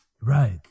Right